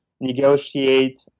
negotiate